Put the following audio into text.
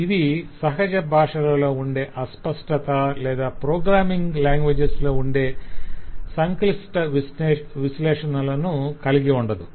ఇది సహజ భాషలలో ఉండే అస్పష్టత లేదా ప్రోగ్రామింగ్ లాంగ్వేజెస్ లో ఉండే సంక్లిష్ట విశ్లేషణలను కలిగి ఉండదు